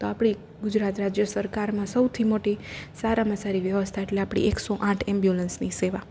તો આપણે ગુજરાત રાજ્ય સરકારમાં સૌથી મોટી સારામાં સારી વ્યવસ્થીત એટલે આપણી એકસો આઠ એમ્બુલન્સની સેવા